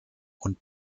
und